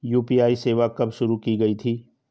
UPI सेवा कब शुरू की गई थी?